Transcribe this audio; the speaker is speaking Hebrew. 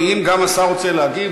ואם השר רוצה להגיב,